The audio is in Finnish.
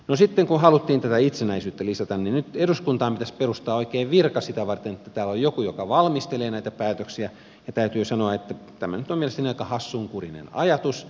no sitten kun haluttiin tätä itsenäisyyttä lisätä niin nyt eduskuntaan pitäisi perustaa oikein virka sitä varten että täällä on joku joka valmistelee näitä päätöksiä ja täytyy sanoa että tämä nyt on mielestäni aika hassunkurinen ajatus